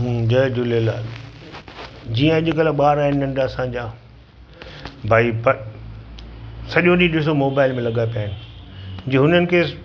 जय झूलेलाल जीअं अॼुकल्ह ॿार आहिनि नंढा असांजा भई प सॼो ॾींहुं ॾिसो मोबाइल में लॻा पिया आहिनि जे हुननि खे